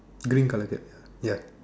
green colour shirt ya